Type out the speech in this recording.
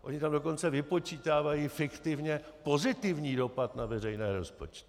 Oni tam dokonce vypočítávají fiktivně pozitivní dopad na veřejné rozpočty.